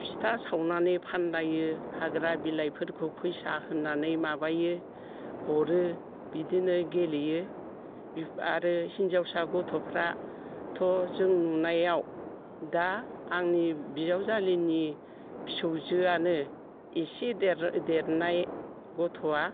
फिथा सावनानै फानलायो हाग्रा बिलायफोरखौ फैसा होननानै माबायो हरो बिदिनो गेलेयो आरो हिनजावसा गथ'फ्रा थ' जों नुनायाव दा आंनि बिजावजालिनि फिसौजोआनो इसि देरनाय गथ'आ